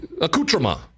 accoutrement